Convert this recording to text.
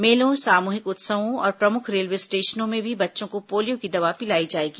मेलों सामूहिक उत्सवों और प्रमुख रेलवे स्टेशनों में भी बच्चों को पोलियो की दवा पिलाई जाएगी